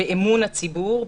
באמון הציבור,